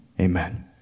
amen